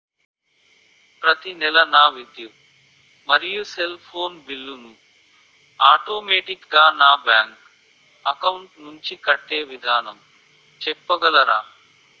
ప్రతి నెల నా విద్యుత్ మరియు సెల్ ఫోన్ బిల్లు ను ఆటోమేటిక్ గా నా బ్యాంక్ అకౌంట్ నుంచి కట్టే విధానం చెప్పగలరా?